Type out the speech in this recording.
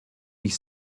ich